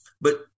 But-